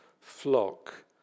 flock